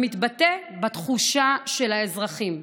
המתבטא בתחושה של האזרחים.